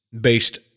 based